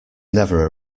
never